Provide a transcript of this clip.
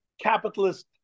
capitalist